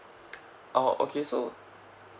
oh okay so